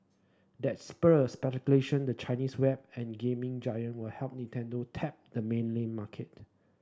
that spurred speculation the Chinese web and gaming giant will help Nintendo tap the mainland market